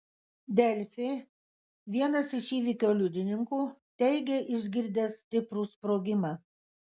delfi vienas iš įvykio liudininkų teigė išgirdęs stiprų sprogimą